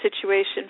situation